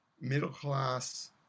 middle-class